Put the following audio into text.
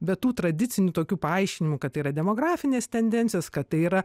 be tų tradicinių tokių paaiškinimų kad tai yra demografinės tendencijos kad tai yra